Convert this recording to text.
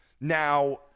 Now